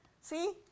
See